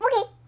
Okay